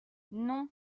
non